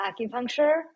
acupuncture